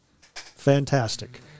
fantastic